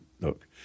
look